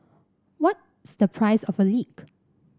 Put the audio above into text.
what's the price of a leak